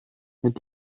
mit